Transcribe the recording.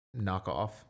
knockoff